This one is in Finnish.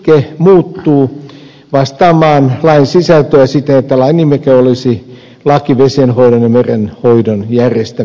lain nimike muuttuu vastaamaan lain sisältöä siten että lain nimike olisi laki vesienhoidon ja merenhoidon järjestämiseksi